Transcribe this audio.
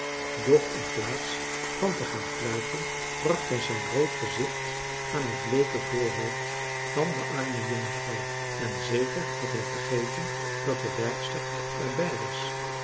doch in plaats van te gaan fluiten bracht hij zijn rood gezicht aan het bleeke voorhoofd van de arme jonge vrouw en zeker had hij vergeten dat de werkster er bij was